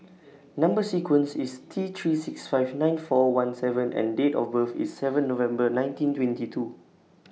Number sequence IS T three six five nine four one seven M and Date of birth IS seven November nineteen twenty two